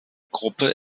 gruppe